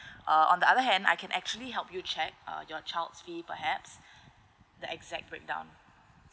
uh on the other hand I can actually help you check uh your child's fee perhaps the exact breakdown